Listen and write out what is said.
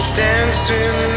dancing